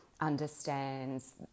understands